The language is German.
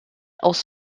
aus